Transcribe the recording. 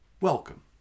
welcome